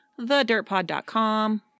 thedirtpod.com